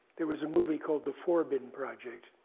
there was a movie called the forbin project,